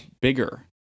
bigger